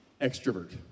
extrovert